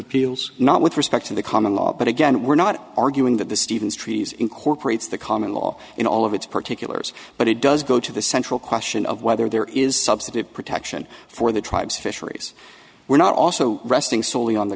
appeals not with respect to the common law but again we're not arguing that the stevens trees incorporates the common law in all of its particulars but it does go to the central question of whether there is subsidy protection for the tribes fisheries were not also resting solely on the